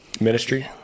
ministry